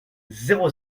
zéro